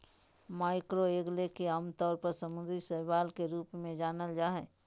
macroalgae के आमतौर पर समुद्री शैवाल के रूप में जानल जा हइ